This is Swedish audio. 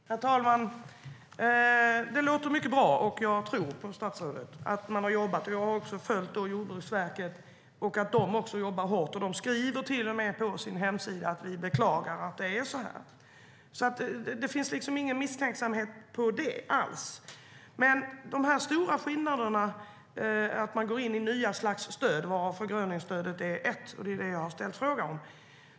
Herr talman! Det låter mycket bra. Jag tror på statsrådet när han säger att man har jobbat. Jag har följt Jordbruksverket och vet att också det jobbar hårt. Det skriver till och med på sin hemsida: Vi beklagar att det är så här. Det finns ingen misstänksamhet alls om det. Det är stora skillnader när man går in i nya stöd, varav förgröningsstödet är ett. Det är det jag har ställt frågan om.